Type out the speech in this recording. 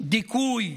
דיכוי.